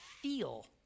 feel